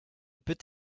peut